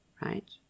right